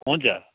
हुन्छ